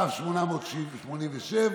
כ/887,